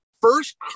first